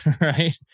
Right